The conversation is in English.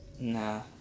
Nah